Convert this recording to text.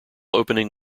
opening